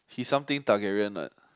he something Targaryen what